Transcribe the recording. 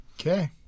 Okay